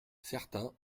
certains